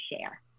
share